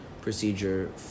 procedure